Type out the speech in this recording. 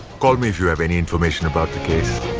call me if you have any information about the case.